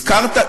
הזכרת,